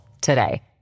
today